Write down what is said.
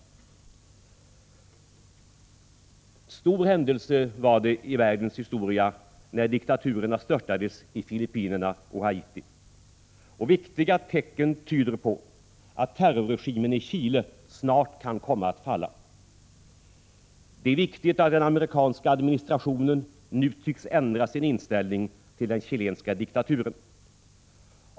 En stor händelse var det i världens historia när diktaturerna störtades i Filippinerna och Haiti. Vissa tecken tyder också på att terrorregimen i Chile snart kan komma att falla. Det är viktigt att den amerikanska administrationen nu tycks ändra sin inställning till den chilenska diktaturen.